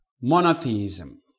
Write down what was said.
monotheism